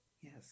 Yes